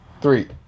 three